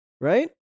right